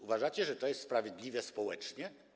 Uważacie, że to jest sprawiedliwe społecznie?